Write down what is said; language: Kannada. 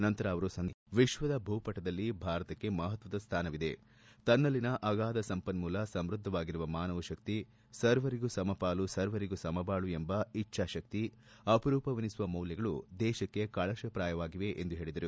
ನಂತರ ಅವರು ಸಂದೇಶ ನೀಡಿ ವಿಶ್ವದ ಭೂಪಟದಲ್ಲಿ ಭಾರತಕ್ಕೆ ಮಹತ್ವದ ಸ್ವಾನವಿದೆ ತನ್ನಲ್ಲಿನ ಆಗಾಧ ಸಂಪನ್ಮೂಲ ಸಮ್ಮದ್ವಾಗಿರುವ ಮಾನವಶಕ್ತಿ ಸರ್ವರಿಗೂ ಸಮಪಾಲು ಸರ್ವರಿಗೂ ಸಮಬಾಳು ಎಂಬ ಇಚ್ದಾಶಕ್ತಿ ಅಪರೂಪವೆನಿಸುವ ಮೌಲ್ಯಗಳು ದೇಶಕ್ತಿ ಕಳಶಪ್ರಾಯವಾಗಿದೆ ಎಂದು ಹೇಳಿದರು